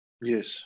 Yes